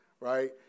right